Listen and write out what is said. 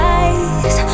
eyes